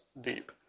deep